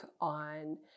on